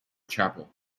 chapel